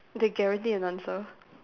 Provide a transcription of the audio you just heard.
they guarantee an answer